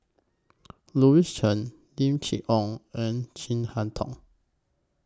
Louis Chen Lim Chee Onn and Chin Harn Tong